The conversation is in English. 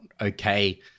okay